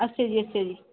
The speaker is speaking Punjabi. ਅੱਛਾ ਜੀ ਅੱਛਾ ਜੀ